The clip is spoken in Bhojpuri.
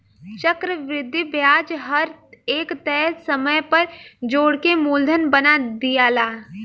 चक्रविधि ब्याज हर एक तय समय पर जोड़ के मूलधन बना दियाला